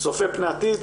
צופה פני עתיד,